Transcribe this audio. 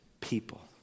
people